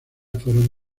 fueron